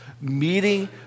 meeting